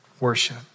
worship